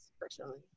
personally